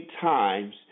times